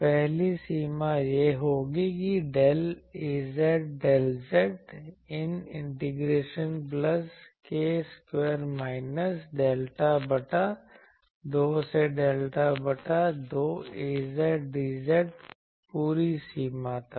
पहली सीमा यह होगी कि del Az del z one integration plus k square minus delta बटा 2 से डेल्टा बटा 2 Az dz पूरी सीमा तक